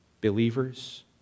believers